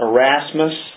Erasmus